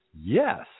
Yes